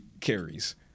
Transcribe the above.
carries